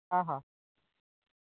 ಹಾಂ ಹಾಂ